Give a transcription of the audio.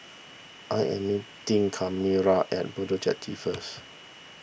I am meeting Kamora at Bedok Jetty first